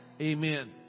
Amen